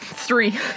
three